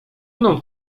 mną